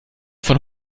von